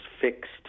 fixed